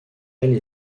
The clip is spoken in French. elles